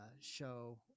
show